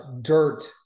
dirt